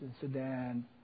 Sudan